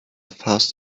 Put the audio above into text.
fast